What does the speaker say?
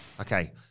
Okay